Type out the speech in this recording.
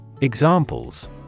Examples